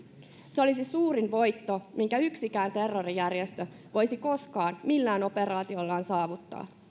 se olisi suurin voitto minkä yksikään terrorijärjestö voisi koskaan millään operaatiollaan saavuttaa